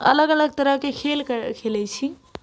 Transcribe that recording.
अलग अलग तरहके खेल खेलै छी